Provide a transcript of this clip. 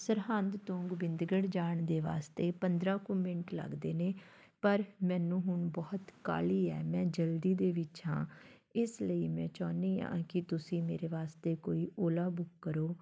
ਸਰਹੰਦ ਤੋਂ ਗੋਬਿੰਦਗੜ੍ਹ ਜਾਣ ਦੇ ਵਾਸਤੇ ਪੰਦਰ੍ਹਾਂ ਕੁ ਮਿੰਟ ਲੱਗਦੇ ਨੇ ਪਰ ਮੈਨੂੰ ਹੁਣ ਬਹੁਤ ਕਾਹਲੀ ਹੈ ਮੈਂ ਜਲਦੀ ਦੇ ਵਿੱਚ ਹਾਂ ਇਸ ਲਈ ਮੈਂ ਚਾਹੁੰਦੀ ਹਾਂ ਕਿ ਤੁਸੀਂ ਮੇਰੇ ਵਾਸਤੇ ਕੋਈ ਓਲਾ ਬੁੱਕ ਕਰੋ